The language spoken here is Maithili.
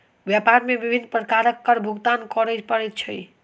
व्यापार मे विभिन्न प्रकारक कर भुगतान करय पड़ैत अछि